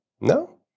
No